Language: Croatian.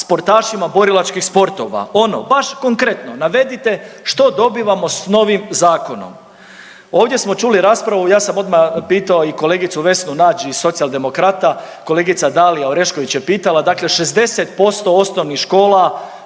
sportašima borilačkih sportova ono baš konkretno, navedite što dobivamo s novim zakonom? Ovdje smo čuli raspravu ja sam odmah pitao i kolegicu Vesnu Nađ iz Socijaldemokrata, kolegica Dalija Orešković je pitala dakle 60% osnovnih škola